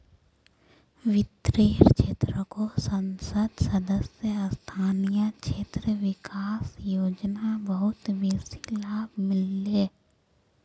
वित्तेर क्षेत्रको संसद सदस्य स्थानीय क्षेत्र विकास योजना बहुत बेसी लाभ मिल ले